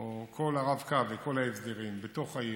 או רב-קו וכל ההסדרים בתוך העיר,